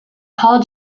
paul